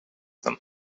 them